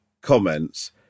comments